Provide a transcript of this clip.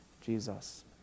Jesus